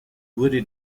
wurde